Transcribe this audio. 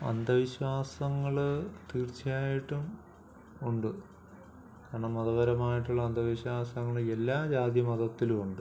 അന്ധവിശ്വാസങ്ങൾ തീർച്ചയായിട്ടും ഉണ്ട് കാരണം മതപരമായിട്ടുള്ള അന്ധവിശ്വാസങ്ങൾ എല്ലാ ജാതിമതത്തിലും ഉണ്ട്